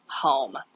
home